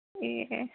ए